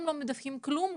אתם רוצים קודם להקריא?